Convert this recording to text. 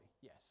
yes